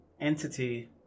entity